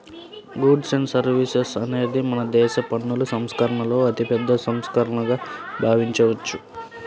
goods and services అనేది మనదేశ పన్నుల సంస్కరణలలో అతిపెద్ద సంస్కరణగా భావించవచ్చు